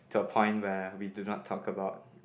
to a point where we do not talk about